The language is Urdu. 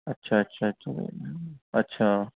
اچھا اچھا اچھا اچھا